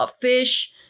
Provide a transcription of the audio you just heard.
Fish